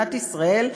במדינת ישראל,